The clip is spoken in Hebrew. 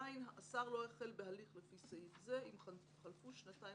(ז) השר לא יחל בהליך לפי סעיף זה אם חלפו שנתיים